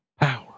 power